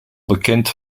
bekend